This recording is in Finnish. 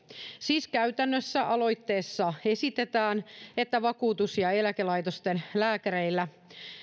siis käytännössä aloitteessa esitetään että vakuutus ja eläkelaitosten lääkäreillä